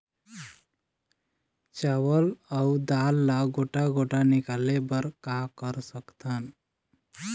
चावल अऊ दाल ला गोटा गोटा निकाले बर का कर सकथन?